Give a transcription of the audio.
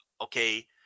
Okay